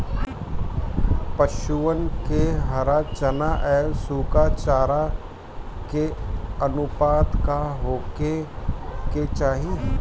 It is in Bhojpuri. पशुअन के हरा चरा एंव सुखा चारा के अनुपात का होखे के चाही?